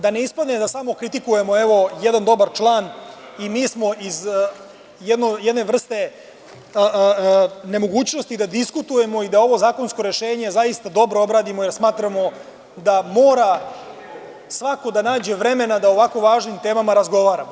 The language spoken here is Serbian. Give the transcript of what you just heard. Da ne ispadne da samo kritikujemo, evo, jedan dobar član, i mi smo iz jedne vrste nemogućnosti da diskutujemo i da ovo zakonsko rešenje zaista dobro obradimo, jer smatramo da mora svako da nađe vremena da o ovako važnim temama razgovaramo.